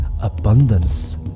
Abundance